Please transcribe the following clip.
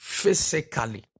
physically